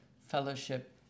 fellowship